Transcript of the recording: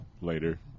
Later